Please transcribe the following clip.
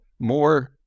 More